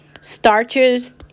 starches